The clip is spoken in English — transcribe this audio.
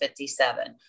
57